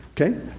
Okay